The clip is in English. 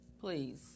please